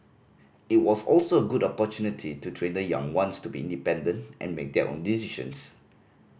it was also a good opportunity to train the young ones to be independent and make own decisions